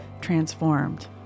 transformed